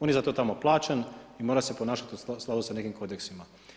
On je za to tamo plaćen i mora se ponašati u skladu sa nekim kodeksima.